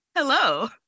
Hello